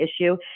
issue